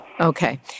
Okay